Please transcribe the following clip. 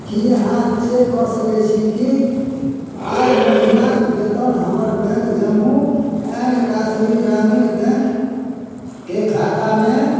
की अहाँ चेक कऽ सकैत छी कि आइ महीनाक वेतन हमर बैंक जम्मू एंड काश्मीर ग्रामीण बैंकके खातामे